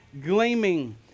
gleaming